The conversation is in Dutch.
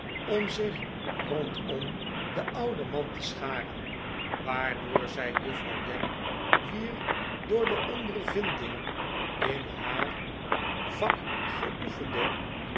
om zich rondom den ouden man te scharen waardoor zij juffrouw gamp wier door de ondervinding in haar vak geoefende